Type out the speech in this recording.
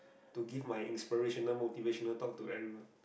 to give my inspirational motivational talk to everyone